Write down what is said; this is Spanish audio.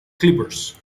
clippers